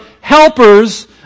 helpers